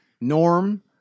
Norm